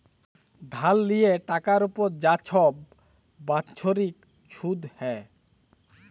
ধার লিয়ে টাকার উপর যা ছব বাচ্ছরিক ছুধ হ্যয়